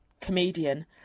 comedian